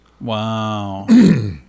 Wow